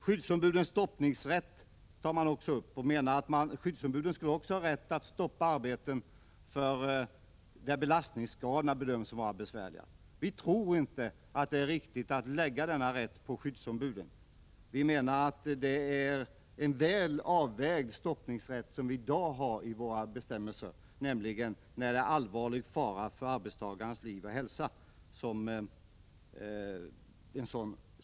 Skyddsombudens stoppningsrätt tas också upp, och man menar att skyddsombuden borde ha rätt att stoppa arbeten där risken för belastningsskador bedöms vara stor. Vi tror inte att det är riktigt att lägga den rätten på skyddsombuden. Vi menar att den stoppningsrätt som skyddsombuden har enligt de nuvarande bestämmelserna — att avbryta arbetet då det föreligger allvarlig fara för arbetstagarens liv och hälsa — är väl avvägd.